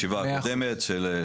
מאה אחוז.